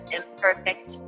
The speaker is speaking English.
imperfect